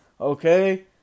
Okay